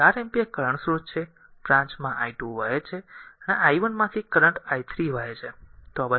તેથી આ 4 ampere current સ્રોત છે આ બ્રાંચમાં i2 વહે છે આ i 1 માંથી કરંટ i 3 વહે છે